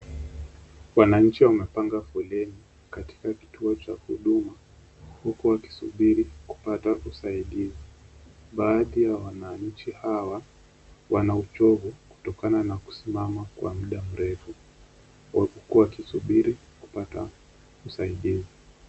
Wananchi wamepanga foleni katika kituo cha huduma, huku wakisuburi kupata usaidizi. Baadhi ya wananchi hawa wana uchovu kutokana na kusimama kwa muda mrefu, huku wakisubiri kupata usaidizi.